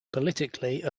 politically